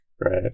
right